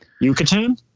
Yucatan